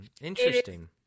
Interesting